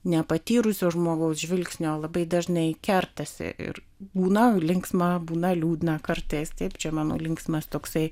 nepatyrusio žmogaus žvilgsnio labai dažnai kertasi ir būna linksma būna liūdna kartais taip čia mano linksmas toksai